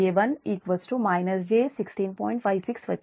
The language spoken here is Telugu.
56 వచ్చింది